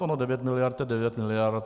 Ono devět miliard je devět miliard.